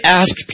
ask